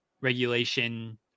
regulation